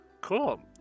Cool